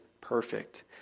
perfect